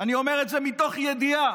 אני אומר את זה מתוך ידיעה,